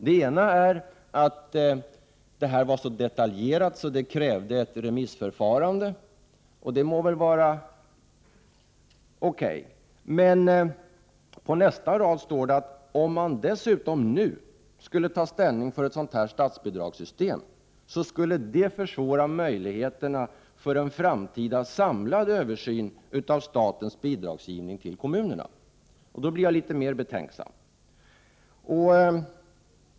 Dels var det här så detaljerat att det krävdes ett remissförfarande — och det må vara okej —, dels står det på nästa rad: Om man dessutom nu skulle ta ställning till ett sådant här statsbidragssystem, skulle det försvåra möjligheterna för en framtida samlad översyn av statens bidragsgivning till kommunerna. Då blir jag litet mera betänksam.